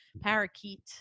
parakeet